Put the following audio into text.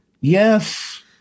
Yes